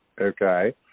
okay